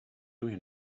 doing